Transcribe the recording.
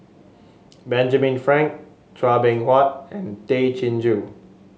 Benjamin Frank Chua Beng Huat and Tay Chin Joo